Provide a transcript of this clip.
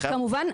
כמובן,